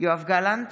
יואב גלנט,